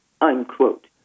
unquote